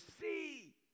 see